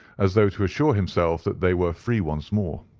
as though to assure himself that they were free once more.